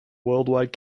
worldwide